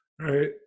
Right